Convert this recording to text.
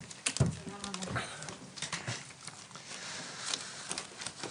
הישיבה ננעלה בשעה 12:13.